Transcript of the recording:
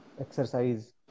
exercise